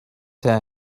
her